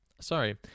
sorry